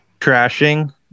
trashing